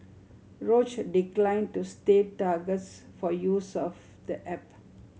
Roche declined to state targets for use of the app